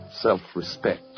self-respect